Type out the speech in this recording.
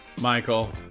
Michael